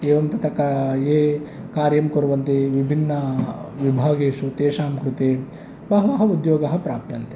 एवं तथा का ये कार्यं कुर्वन्ति विभिन्नाः विभागेषु तेषां कृते बहवः उद्योगाः प्राप्यन्ते